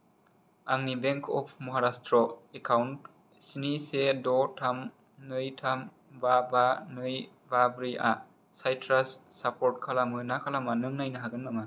आंनि bank of Maharashtra account स्नि से द' थाम नै थाम बा बा नै बा ब्रै साइट्रास सापर्ट खालामो ना खालामा नों नायनो हागोन नामा